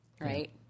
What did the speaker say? right